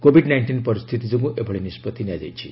Covid nineteen ପରିସ୍ଥିତି ଯୋଗୁଁ ଏଭଳି ନିଷ୍କଭି ନିଆଯାଇଛି